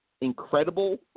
incredible